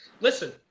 Listen